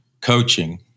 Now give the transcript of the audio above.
Coaching